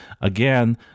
Again